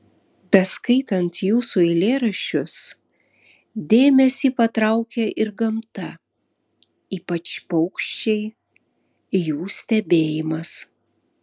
beskaitant jūsų eilėraščius dėmesį patraukia ir gamta ypač paukščiai jų stebėjimas